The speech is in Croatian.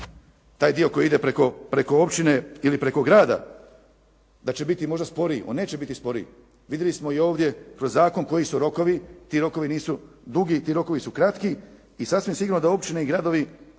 taj dio koji ide preko općine ili preko grada, da će biti možda sporiji? On neće biti sporiji. Vidjeli smo i ovdje kroz zakon, koji su rokovi. Ti rokovi nisu dugi. Ti rokovi su kratki i sasvim sigurno da općine i gradovi